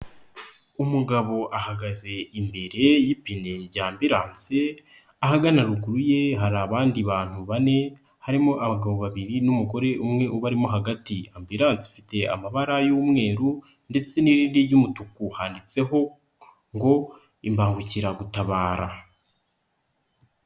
Umugabo ahagaze imbere y'ipine rya Ambulance, ahagana ruguru ye hari abandi bantu bane harimo abagabo babiri n'umugore umwe ubarimo hagati. Ambulance ifite amabara y'umweru ndetse n'irindi ry'umutuku handitseho ngo imbangukiragutabara.